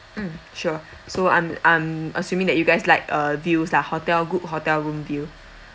mm sure so I'm I'm assuming that you guys like a views lah hotel good hotel room view